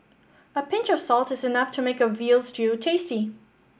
a pinch of salt is enough to make a veal stew tasty